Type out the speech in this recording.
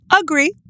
agree